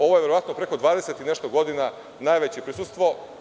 Ovo je verovatno preko dvadeset i nešto godina najveće prisustvo.